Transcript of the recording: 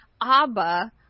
Abba